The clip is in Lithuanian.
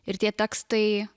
ir tie tekstai